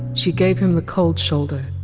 she gave him the cold shoulder!